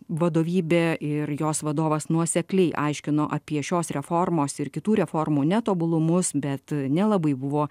vadovybė ir jos vadovas nuosekliai aiškino apie šios reformos ir kitų reformų netobulumus bet nelabai buvo